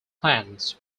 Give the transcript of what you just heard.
plants